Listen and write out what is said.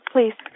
Please